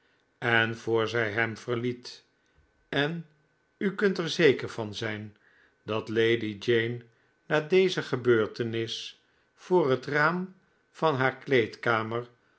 en voor zij hem verliet en u kunt er zeker van zijn dat lady jane naar deze gebeurtenis voor het raam van haar kleedkamer